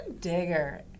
digger